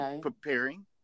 preparing